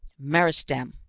meristem,